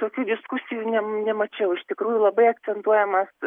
tokių diskusijų ne nemačiau iš tikrųjų labai akcentuojamas